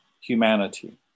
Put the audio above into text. humanity